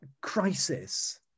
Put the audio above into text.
crisis